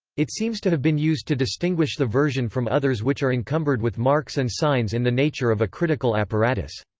it seems to have been used to distinguish the version from others which are encumbered with marks and signs in the nature of a critical apparatus.